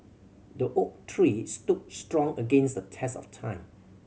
the oak tree stood strong against the test of time